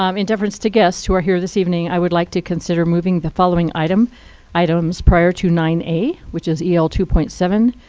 um in deference to guests who are here this evening, i would like to consider moving the following items items prior to nine a, which is el two point seven.